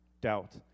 doubt